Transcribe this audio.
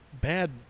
bad